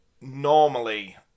normally